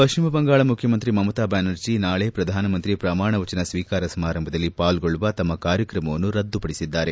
ಪಶ್ಚಿಮ ಬಂಗಾಳ ಮುಖ್ಚಮಂತ್ರಿ ಮಮತಾ ಬ್ಯಾನರ್ಜಿ ನಾಳೆ ಪ್ರಧಾನಮಂತ್ರಿ ಪ್ರಮಾಣ ವಚನ ಸ್ವೀಕಾರ ಸಮಾರಂಭದಲ್ಲಿ ಪಾಲ್ಗೊಳ್ಳುವ ತಮ್ಮ ಕಾರ್ಯಕ್ರಮವನ್ನು ರದ್ದುಪಡಿಸಿದ್ದಾರೆ